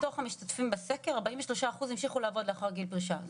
מתוך המשתתפים בסקר כ-43% אנשים שהמשיכו לעבוד לאחר גיל הפרישה.